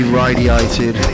radiated